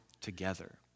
together